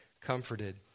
comforted